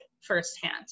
firsthand